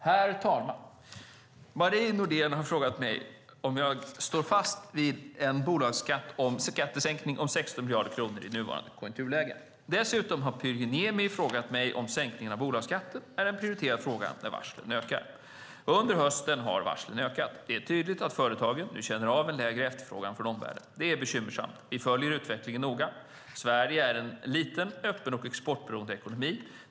Herr talman! Marie Nordén har frågat mig om jag står fast vid en bolagsskattesänkning om 16 miljarder kronor i nuvarande konjunkturläge. Dessutom har Pyry Niemi frågat mig om sänkningen av bolagsskatten är en prioriterad fråga när varslen ökar. Under hösten har varslen ökat. Det är tydligt att företagen nu känner av en lägre efterfrågan från omvärlden. Det är bekymmersamt. Vi följer utvecklingen noga. Sverige är en liten, öppen och exportberoende ekonomi.